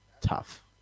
tough